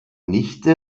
nichte